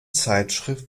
zeitschrift